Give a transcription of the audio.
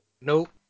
Nope